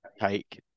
take